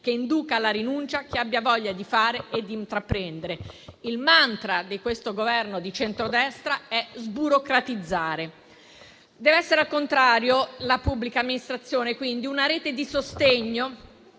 che induca alla rinuncia chi abbia voglia di fare e di intraprendere. Il *mantra* di questo Governo di centrodestra è sburocratizzare. Al contrario, la pubblica amministrazione deve quindi essere una rete di sostegno